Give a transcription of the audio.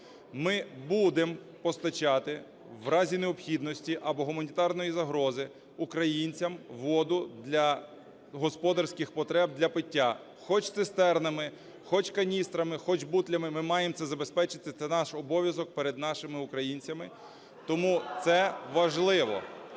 Ми будемо постачати в разі необхідності або гуманітарної загрози українцям воду для господарських потреб, для пиття. Хоч цистернами, хоч каністрами, хоч бутлями ми маємо це забезпечити, це наш обов'язок перед нашими українцями. Тому це важливо.